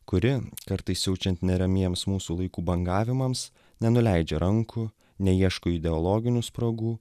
kuri kartais siaučiant neramiems mūsų laikų bangavimams nenuleidžia rankų neieško ideologinių spragų